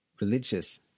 religious